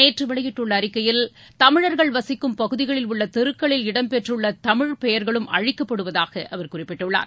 நேற்று வெளியிட்டுள்ள அறிக்கையில் தமிழர்கள் வசிக்கும் பகுதிகளில் உள்ள தெருக்களில் இடம்பெற்றுள்ள தமிழ் பெயர்களும் அழிக்கப்படுவதாக குறிப்பிட்டுள்ளார்